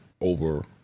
over